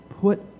Put